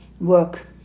work